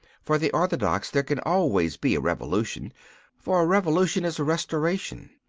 for the orthodox there can always be a revolution for a revolution is a restoration.